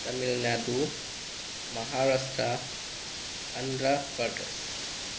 Tamil Nadu Maharashtra Andhra Pradesh